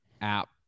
app